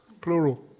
plural